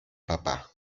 papà